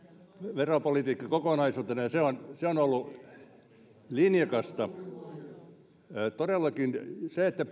veropolitiikka kokonaisuutena ja se on ollut linjakasta todellakin se että